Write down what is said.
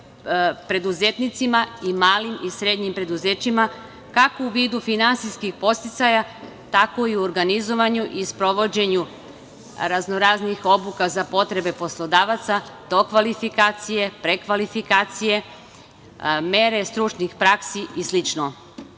preduzetnicima i malim i srednjim preduzećima, kako u vidu finansijskih podsticaja, tako i u organizovanju i sprovođenju raznoraznih obuka za potrebe poslodavaca, dokvalifikacije, prekvalifikacije, mere stručnih praksi i